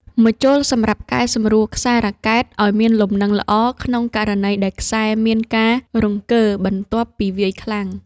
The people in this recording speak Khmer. ម្ជុលសម្រាប់កែសម្រួលខ្សែរ៉ាកែតឱ្យមានលំនឹងល្អក្នុងករណីដែលខ្សែមានការរង្គើបន្ទាប់ពីវាយខ្លាំង។